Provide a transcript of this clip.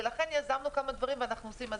ולכן יזמנו כמה דברים ואנחנו עושים.